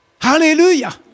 Hallelujah